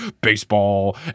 baseball